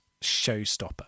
showstopper